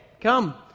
come